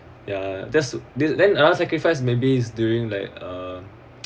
ya there's then other sacrifice maybe is during like um